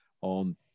on